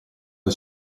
del